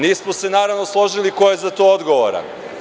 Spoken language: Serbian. Nismo se naravno složili ko je za to odgovoran.